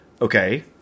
okay